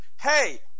hey